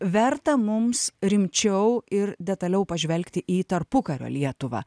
verta mums rimčiau ir detaliau pažvelgti į tarpukario lietuvą